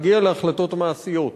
להגיע להחלטות מעשיות.